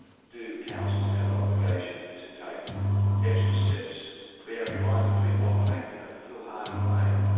do councils have an obligation to take extra steps, bearing in mind that people often act in a foolhardy way,